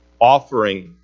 offering